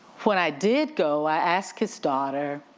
when i did go, i asked his daughter,